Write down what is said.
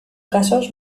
casos